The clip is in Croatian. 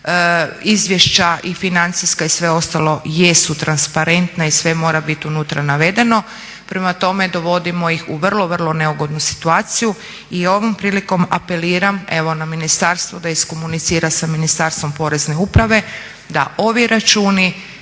Izvješća i financijska i sve ostalo jesu transparentna i sve mora bit unutra navedeno. Prema tome, dovodimo ih u vrlo, vrlo neugodnu situaciju i ovom prilikom apeliram evo na ministarstvo da iskomunicira sa Ministarstvom porezne uprave da ovi računi